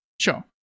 Sure